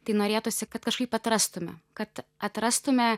tai norėtųsi kad kažkaip atrastume kad atrastume